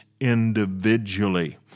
individually